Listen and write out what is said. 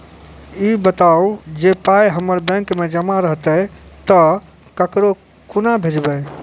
ई बताऊ जे पाय हमर बैंक मे जमा रहतै तऽ ककरो कूना भेजबै?